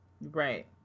Right